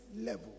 level